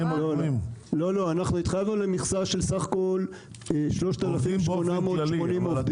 אנחנו התחייבנו למכסה של 3,880 עובדים.